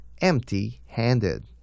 empty-handed